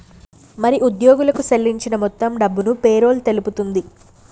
మరి ఉద్యోగులకు సేల్లించిన మొత్తం డబ్బును పేరోల్ తెలుపుతుంది